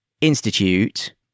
institute